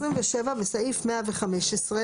"יבואן רשום"